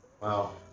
Wow